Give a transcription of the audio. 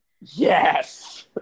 Yes